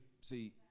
see